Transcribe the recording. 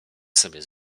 sobie